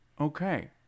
Okay